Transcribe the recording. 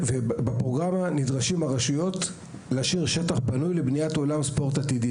בפרוגרמה הרשויות נדרשות להשאיר שטח פנוי לבניית אולם ספורט עתידי.